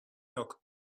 yok